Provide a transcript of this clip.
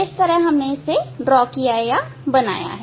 इस तरह हमने बनाया है